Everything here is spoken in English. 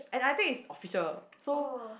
and I think it's official so